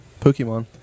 Pokemon